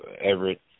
Everett